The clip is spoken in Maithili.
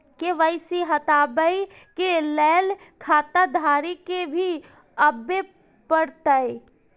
के.वाई.सी हटाबै के लैल खाता धारी के भी आबे परतै?